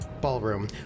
ballroom